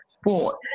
sport